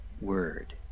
word